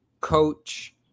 coach